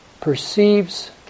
perceives